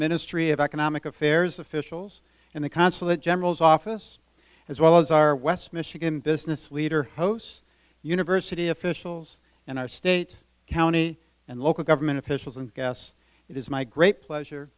ministry of economic affairs officials in the consulate general's office as well as our west michigan business leader hosts university officials and our state county and local government officials and gas it is my great pleasure